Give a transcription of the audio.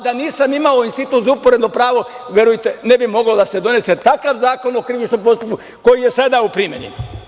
Da nisam imao Institut za uporedno pravo, verujte, ne bih mogao da se donese takav Zakon o krivičnom postupku koji je sada u primeni.